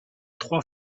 trois